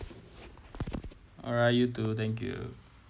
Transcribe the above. alright you too thank you